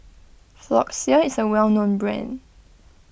Floxia is a well known brand